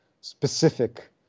specific